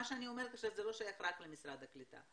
מה אני אומרת עכשיו לא שייך רק למשרד הקליטה,